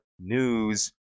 news